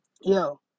yo